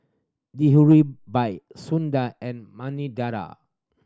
Dihuribi Soondar and Manidala